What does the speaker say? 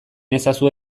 ezazue